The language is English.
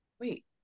wait